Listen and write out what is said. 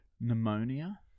Pneumonia